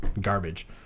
garbage